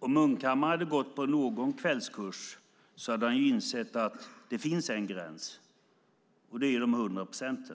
Fru talman! Om Munkhammar hade gått på någon kvällskurs hade han insett att det finns en gräns, och det är 100 procent,